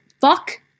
fuck